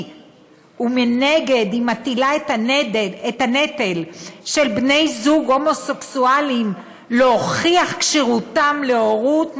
ומנגד מטילה נטל על בני זוג הומוסקסואלים להוכיח את כשירותם להורות,